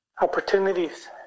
opportunities